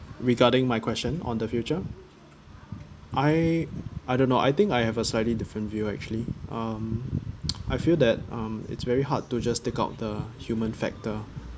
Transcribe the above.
regarding my question on the future I I don't know I think I have a slightly different view actually um I feel that um it's very hard to just take out the human factor